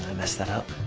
messed up